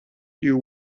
you